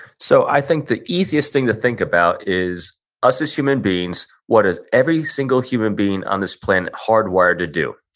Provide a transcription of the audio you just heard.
so, i think the easiest thing to think about is us as human beings, what is every single human being on this planet hardwired to do?